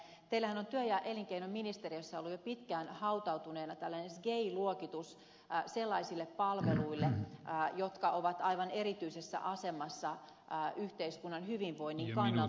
nimittäin teillähän on työ ja elinkeinoministeriössä ollut jo pitkään hautautuneena tällainen sgei luokitus sellaisille palveluille jotka ovat aivan erityisessä asemassa yhteiskunnan hyvinvoinnin kannalta